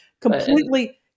Completely